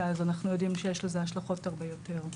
כי אז אחנו יודעים שיש לזה השלכות הרבה יותר.